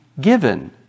given